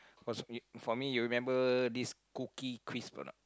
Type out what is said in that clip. was m~ for me you remember this cookie crisp or not